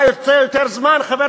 אתה רוצה יותר זמן, חבר